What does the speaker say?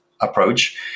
approach